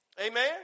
Amen